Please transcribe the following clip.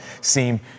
seem